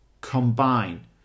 combine